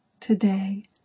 today